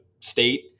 state